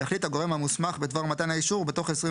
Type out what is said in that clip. יחליט הגורם המוסמך בדבר מתן האישור בתוך 21